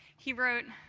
he wrote,